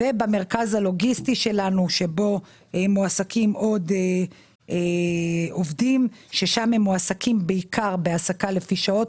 ובמרכז הלוגיסטי שלנו שבו מועסקים עוד עובדים בעיקר בהעסקה לפי שעות.